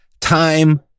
time